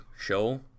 show